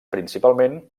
principalment